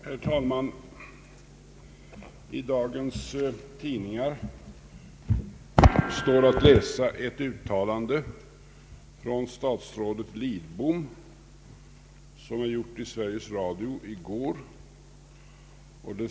Herr talman! I dagens tidningar står att läsa ett uttalande av statsrådet Lidbom som gjordes i Sveriges Radio i går.